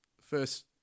first